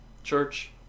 church